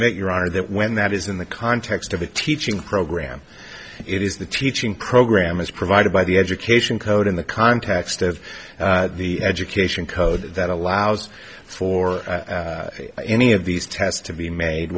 submit your honor that when that is in the context of a teaching program it is the teaching program as provided by the education code in the context of the education code that allows for any of these tests to be made